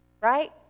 right